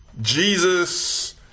Jesus